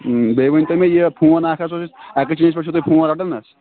بیٚیہِ ؤنۍ تو مےٚ یہِ فون اَکھ حظ اوس ایٚکسچینٛج پٮ۪ٹھ چھُو تۄہہِ فون رَٹان حظ